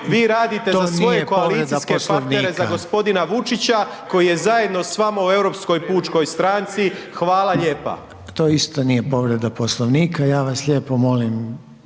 Poslovnika/…za svoje koalicijske partnere za g. Vučića koji je zajedno s vama u Europskoj pučkoj stranci. Hvala lijepa. **Reiner, Željko (HDZ)** To isto nije povreda Poslovnika. Ja vas lijepo molim